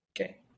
Okay